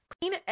Clean